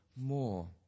more